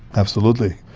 absolutely.